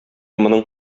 моның